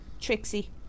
Trixie